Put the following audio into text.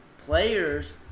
Players